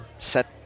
set